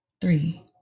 Three